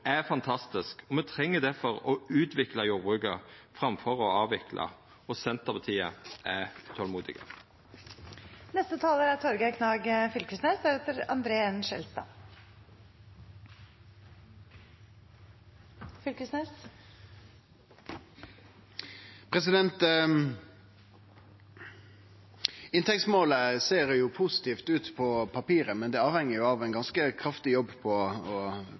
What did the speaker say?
er fantastisk. Me treng difor å utvikla jordbruket framfor å avvikla, og Senterpartiet er utolmodige. Inntektsmålet ser positivt ut på papiret, men det er avhengig av ein ganske kraftig jobb på